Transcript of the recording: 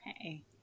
okay